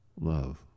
love